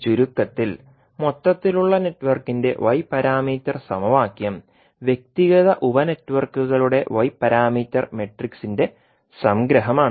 ചുരുക്കത്തിൽ മൊത്തത്തിലുള്ള നെറ്റ്വർക്കിന്റെ y പാരാമീറ്റർ സമവാക്യം വ്യക്തിഗത ഉപ നെറ്റ്വർക്കുകളുടെ y പാരാമീറ്റർ മാട്രിക്സിന്റെ സംഗ്രഹമാണ്